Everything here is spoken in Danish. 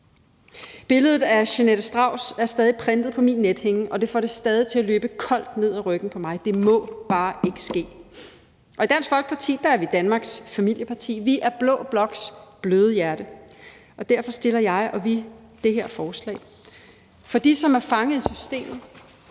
Billedet af Jeanette Strauss er stadig printet på min nethinde, og det får det stadig til at løbe koldt ned ad ryggen på mig. Det må bare ikke ske. Dansk Folkeparti er Danmarks familieparti. Vi er blå bloks bløde hjerte, og derfor har jeg og vi fremsat det her forslag for dem, der er fanget i systemet,